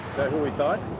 who we thought?